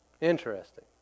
Interesting